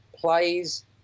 plays